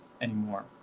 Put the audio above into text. anymore